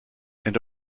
and